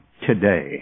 today